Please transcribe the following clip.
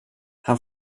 han